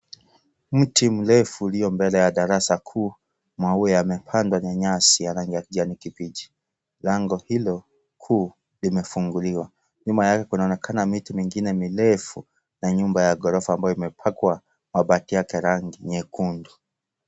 Mti mrefu ulio mbele ya darasa kuu. Maua yamepandwa na nyasi ya rangi ya kijani kibichi. Lango hilo kuu limefunguliwa. Nyuma yake kunaonekana miti mingine mirefu na nyumba ya ghorofa ambayo imepakwa mabati yake rangi nyekundu.